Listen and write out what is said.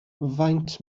faint